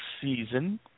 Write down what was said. season